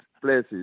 places